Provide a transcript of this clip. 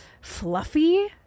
fluffy